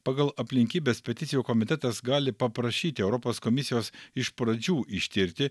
pagal aplinkybes peticijų komitetas gali paprašyti europos komisijos iš pradžių ištirti